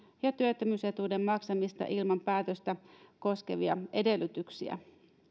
ja työttömyysetuuden maksamista ilman päätöstä koskevia edellytyksiä